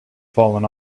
fallen